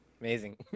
amazing